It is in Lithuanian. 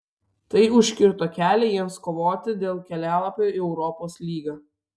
tai užkirto kelią jiems kovoti dėl kelialapio į europos lygą